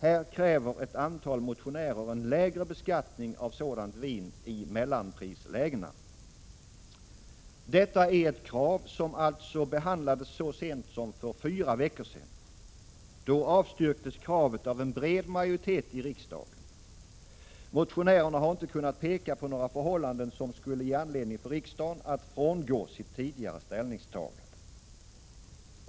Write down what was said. Här kräver ett antal motionärer en lägre beskattning av sådant vin i mellanprislägena. Detta är ett krav som alltså behandlades så sent som för fyra veckor sedan. Då avstyrktes kravet av en bred majoritet i riksdagen. Motionärerna har inte kunnat peka på några förhållanden som skulle ge anledning för riksdagen att frångå sitt tidigare ställningstagande.